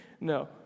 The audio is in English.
no